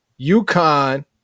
UConn